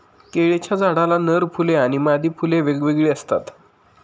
केळीच्या झाडाला नर फुले आणि मादी फुले वेगवेगळी असतात